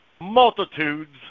Multitudes